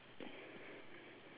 the brown colour is